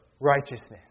righteousness